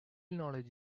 knowledge